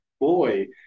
boy